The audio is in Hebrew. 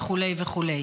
וכו' וכו'.